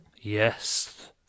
Yes